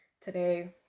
today